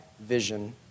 vision